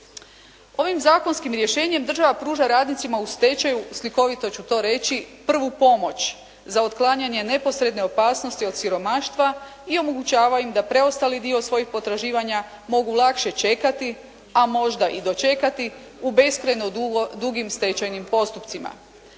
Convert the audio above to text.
Ovim zakonskim rješenjem država pruža radnicima u stečaju slikovito ću to reći prvu pomoć za otklanjanje neposredne opasnosti od siromaštva i omogućava im da preostali dio svojih potraživanja mogu lakše čekati a možda i dočekati u beskrajno dugim stečajnim postupcima.